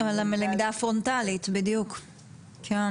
אנחנו